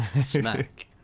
Smack